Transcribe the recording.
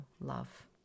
love